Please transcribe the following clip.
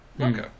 Okay